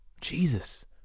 Jesus